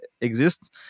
exists